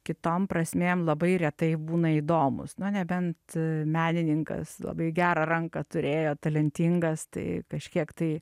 kitom prasmėm labai retai būna įdomūs nu nebent menininkas labai gerą ranką turėjo talentingas tai kažkiek tai